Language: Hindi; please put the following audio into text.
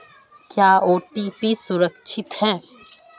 क्या ओ.टी.पी सुरक्षित है?